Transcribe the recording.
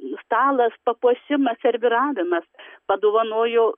stalas papuošimas serviravimas padovanojo